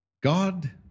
God